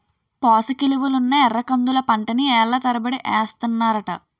పోసకిలువలున్న ఎర్రకందుల పంటని ఏళ్ళ తరబడి ఏస్తన్నారట